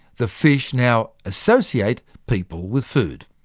the fish now associate people with food.